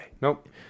nope